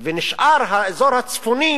ונשאר האזור הצפוני